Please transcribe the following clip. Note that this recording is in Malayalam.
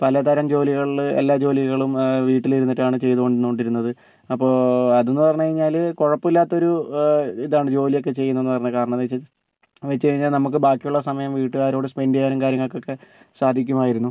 പലതരം ജോലികളിൽ എല്ലാ ജോലികളും വീട്ടിലിരുന്നിട്ടാണ് ചെയ്ത് വന്നു കൊണ്ടിരുന്നത് അപ്പോൾ അതെന്ന് പറഞ്ഞ് കഴിഞ്ഞാൽ കുഴപ്പമില്ലാത്തൊരു ഇതാണ് ജോലിയൊക്കെ ചെയ്യുന്നതെന്ന് പറഞ്ഞാൽ കാരണമെന്താ വെച്ചാൽ വെച്ച് കഴിഞ്ഞാൽ നമുക്ക് ബാക്കിയുള്ള സമയം വീട്ടുകാരോട് സ്പെൻഡ് ചെയ്യാനും കാര്യങ്ങൾക്കൊക്കെ സാധിക്കുമായിരുന്നു